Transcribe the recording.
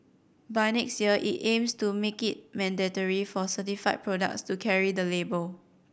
by next year it aims to make it mandatory for certified products to carry the label